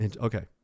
Okay